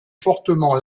fortement